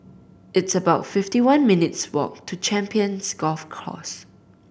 it's about fifty one minutes' walk to Champions Golf Course